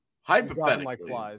Hypothetically